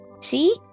See